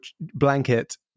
blanket